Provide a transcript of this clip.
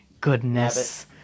Goodness